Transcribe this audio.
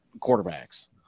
quarterbacks